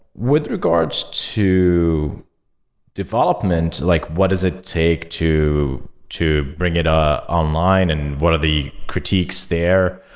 with regards to development, like what does it take to to bring it ah online and what are the critiques there.